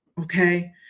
Okay